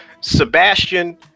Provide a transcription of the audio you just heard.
Sebastian